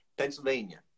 Pennsylvania